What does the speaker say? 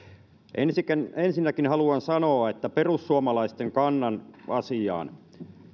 ensinnäkin ensinnäkin haluan sanoa perussuomalaisten kannan asiaan